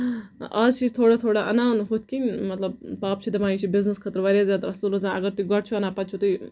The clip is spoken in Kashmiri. آز چھِ أسۍ تھوڑا تھوڑا اَنان ہُتھ کٔنۍ مطلب پاپہٕ چھُ دَپان یہِ چھُ بِزنِسَس خٲطرٕ واریاہ اَصٕل روزان اَگر تُہۍ گۄڈٕ چھِو اَنان پَتہٕ چھِو تُہۍ